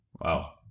Wow